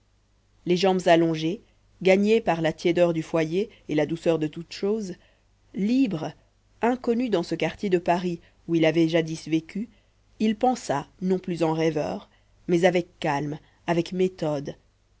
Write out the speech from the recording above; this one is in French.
les jambes allongées gagné par la tiédeur du foyer et la douceur de toutes choses libre inconnu dans ce quartier de paris où il avait jadis vécu il pensa non plus en rêveur mais avec calme avec méthode